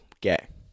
get